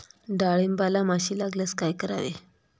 डाळींबाला माशी लागल्यास काय करावे?